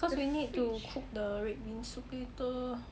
cause we need to cook the red bean soup later